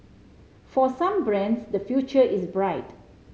for some brands the future is bright